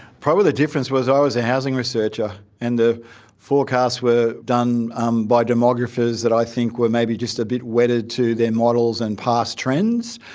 probably the difference was i was a housing researcher and the forecasts were done um by demographers who i think were maybe just a bit wedded to their models and past trends,